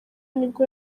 nibwo